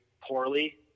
poorly